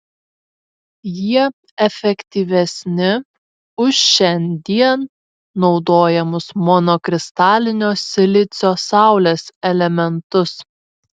jie efektyvesni už šiandien naudojamus monokristalinio silicio saulės elementus